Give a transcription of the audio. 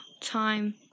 time